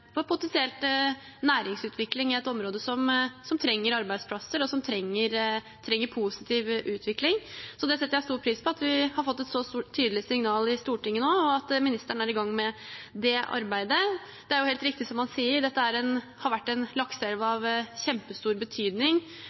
næringsutvikling i et område som trenger arbeidsplasser, og som trenger positiv utvikling. Jeg setter stor pris på at vi har fått et så tydelig signal i Stortinget nå, og at ministeren er i gang med det arbeidet. Det er helt riktig som han sier, dette har vært en lakseelv av kjempestor betydning,